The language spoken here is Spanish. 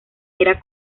era